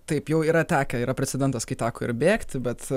taip jau yra take yra precedentas kai teko ir bėgti bet